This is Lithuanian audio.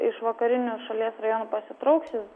iš vakarinių šalies rajonų pasitrauks jis